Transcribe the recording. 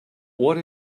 what